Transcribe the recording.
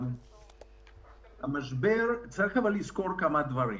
אבל צריך לזכור כמה דברים.